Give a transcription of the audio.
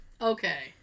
Okay